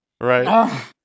Right